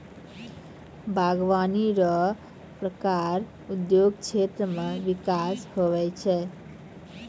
बागवानी रो प्रकार उद्योग क्षेत्र मे बिकास हुवै छै